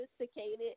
sophisticated